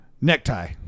Necktie